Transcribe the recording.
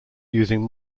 using